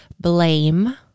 blame